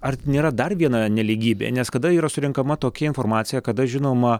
ar nėra dar viena nelygybė nes kada yra surenkama tokia informacija kada žinoma